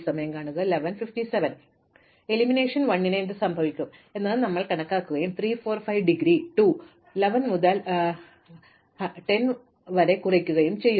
അതിനാൽ എലിമിനേഷൻ 1 ന് എന്ത് സംഭവിക്കും എന്നത് ഞങ്ങൾ കണക്കാക്കുകയും 3 4 5 ഡിഗ്രി 2 1 1 മുതൽ 1 0 0 വരെ കുറയ്ക്കുകയും ചെയ്യുന്നു